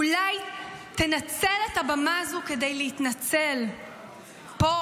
אולי תנצל את הבמה הזו כדי להתנצל פה,